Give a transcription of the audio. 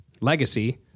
legacy